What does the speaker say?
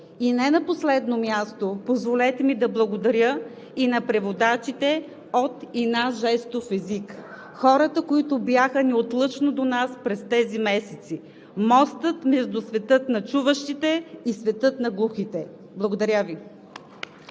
И не на последно място, позволете ми да благодаря и на преводачите от и на жестов език – хората, които бяха неотлъчно до нас през тези месеци, моста между света на чуващите и света на глухите. Благодаря Ви.